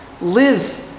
Live